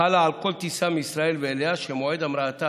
חלה על כל טיסה מישראל ואליה שמועד המראתה